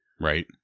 Right